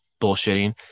bullshitting